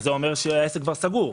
זה אומר שהעסק כבר סגור,